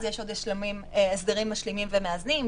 אז יש עוד הסדרים משלימים ומאזנים,